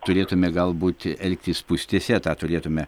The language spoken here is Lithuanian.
turėtume galbūt elgtis spūstyse tą turėtume